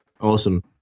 Awesome